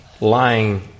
lying